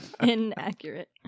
Inaccurate